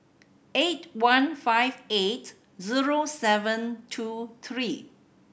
eight one five eight zero seven two three